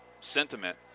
sentiment